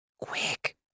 Quick